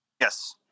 Yes